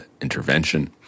intervention